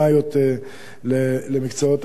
אקדמאיות למקצועות ההיי-טק.